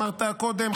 אמרת קודם,